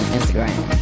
Instagram